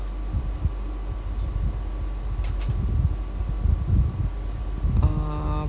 uh